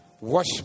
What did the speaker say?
Wash